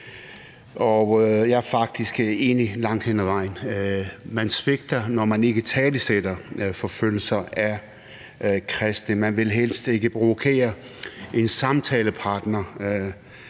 jeg er faktisk enig langt hen ad vejen: Man svigter, når man ikke italesætter forfølgelser af kristne. Man vil helst ikke provokere en samtalepartner,